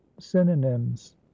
synonyms